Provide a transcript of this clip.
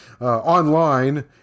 online